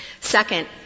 Second